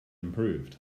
improved